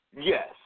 Yes